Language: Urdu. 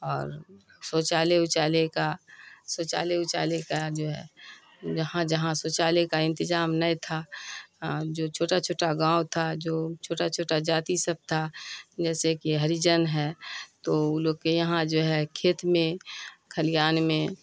اور شوچالے اوچالے کا شوچالے اوچالے کا جو ہے جہاں جہاں شوچالے کا انتظام نہیں تھا جو چھوٹا چھوٹا گاؤں تھا جو چھوٹا چھوٹا جاتی سب تھا جیسے کہ ہریجن ہے تو وہ لوگ کے یہاں جو ہے کھیت میں کھلیان میں